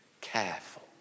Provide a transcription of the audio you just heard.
careful